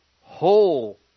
whole